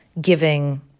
giving